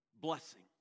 blessing